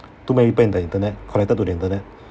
too many people in the internet connected to the internet